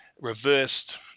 reversed